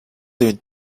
him